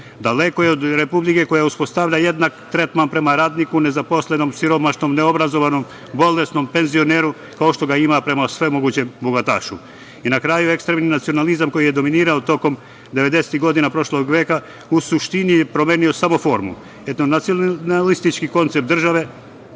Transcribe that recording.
Daleko je od Republike koja uspostavlja jednak tretman prema radniku, nezaposlenom, siromašnom, neobrazovanom, bolesnom, penzioneru, kao što ga ima prema svemogućem bogatašu. Na kraju, ekstremni nacionalizam koji je dominirao tokom devedesetih godina prošlog veka u suštini je promenio samo formu. Nacionalistički koncept države